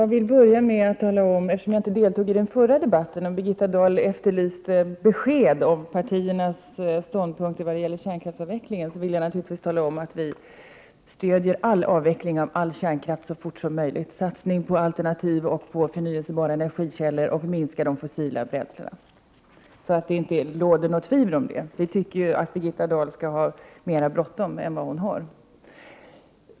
Fru talman! Eftersom jag inte deltog i den förra debatten och Birgitta Dahl efterlyste besked om partiernas ståndpunkter vad gäller kärnkraftsavvecklingen vill jag börja med att tala om, att vi naturligtvis stödjer all avveckling av all kärnkraft så fort som möjligt, satsning på alternativ och på förnyelsebara energikällor och en minskning av användningen av de fossila bränslena. Jag vill inte att det skall råda något tvivel om det. Vi tycker ju att Birgitta Dahl skall ha mera bråttom än vad hon har.